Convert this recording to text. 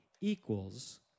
equals